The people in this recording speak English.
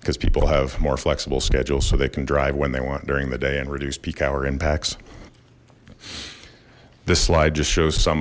because people have more flexible schedules so they can drive when they want during the day and reduce peak hour impacts this slide just shows some